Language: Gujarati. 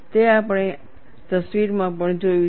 તે આપણે તસવીરમાં પણ જોયું છે